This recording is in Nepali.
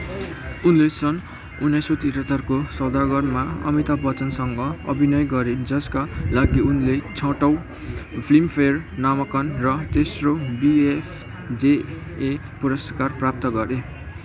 उनले सन् उन्नाइस सय त्रिहत्तरको सौदागरमा अमिताभ बच्चनसँग अभिनय गरिन् जसका लागि उनले छैटौँ फिल्मफेयर नामाङ्कन र तेस्रो बिएफजेए पुरस्कार प्राप्त गरे